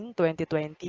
2020